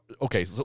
okay